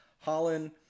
Holland